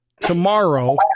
tomorrow